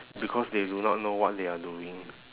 because they do not know what they are doing